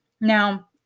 Now